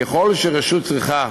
ככל שרשות צריכה